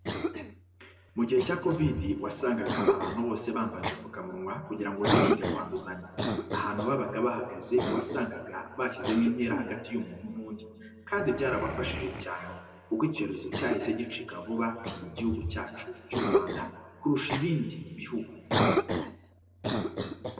Mu gihe cya kovidi wasangaga abantu bose bambaye udupfukamunwa kugira ngo birinde kwanduzanya. Ahantu babaga bahagze wasanga bashyizemo intera hagati y'umungu n'undi kandio bayarafashije cyane kuko icyorezo cyahise gicika vuba mu gihugu cyacu cyu Rwanda kurusha ibindi bihugu.